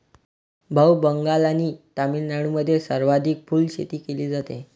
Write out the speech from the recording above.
भाऊ, बंगाल आणि तामिळनाडूमध्ये सर्वाधिक फुलशेती केली जाते